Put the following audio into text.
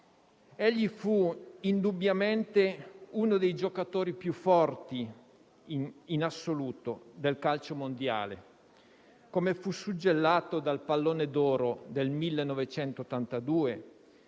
Egli fu indubbiamente uno dei giocatori più forti in assoluto del calcio mondiale, come fu suggellato dal «Pallone d'oro» del 1982,